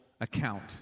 account